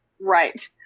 right